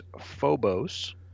Phobos